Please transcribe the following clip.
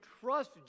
trust